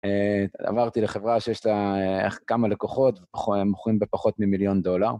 עברתי לחברה שיש לה כמה לקוחות, מוכרים בפחות ממיליון דולר.